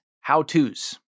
how-tos